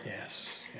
Yes